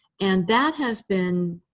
and that has been